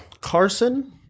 carson